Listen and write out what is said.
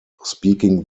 speaking